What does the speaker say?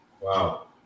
wow